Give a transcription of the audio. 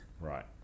Right